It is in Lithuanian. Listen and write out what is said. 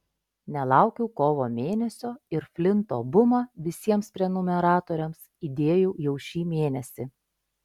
nelaukiau kovo mėnesio ir flinto bumą visiems prenumeratoriams įdėjau jau šį mėnesį